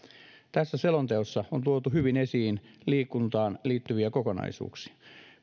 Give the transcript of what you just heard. tässä selonteossa on tuotu hyvin esiin liikuntaan liittyviä kokonaisuuksia